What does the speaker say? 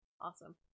Awesome